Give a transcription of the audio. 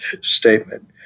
statement